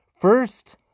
first